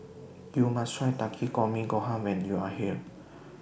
YOU must Try Takikomi Gohan when YOU Are here